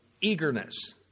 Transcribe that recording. eagerness